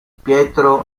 pietro